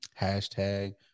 Hashtag